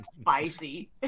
spicy